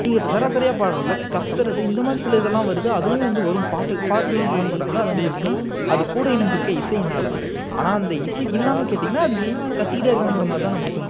நீங்கள் இப்போ சராசரியாக பாடுறதுல கத்துறது இந்த மாதிரி சில இதெல்லாம் வருது அதுவும் வந்து வரும் பாட்டு பாட்டுகளுங்குறாங்க அது வந்து பார்த்திங்கனா அது கூட இணைஞ்சிருக்க இசையினால் ஆனால் அந்த இசை இல்லாமல் கேட்டிங்கனா அது என்னடா அது கத்திக்கிட்டே இருக்கான்ங்கிற மாதிரிதான் நமக்கு தோணும்